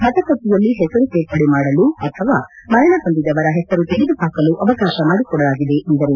ಮತ ಪಟ್ಟಿಯಲ್ಲಿ ಹೆಸರು ಸೇರ್ಪಡೆ ಮಾಡಲು ಅಥವಾ ಮರಣ ಹೊಂದಿದವರ ಹೆಸರು ತೆಗೆದು ಹಾಕಲು ಅವಕಾಶ ಮಾಡಿಕೊಡಲಾಗಿದೆ ಎಂದರು